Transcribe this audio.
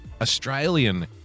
Australian